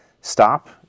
stop